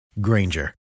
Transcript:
Granger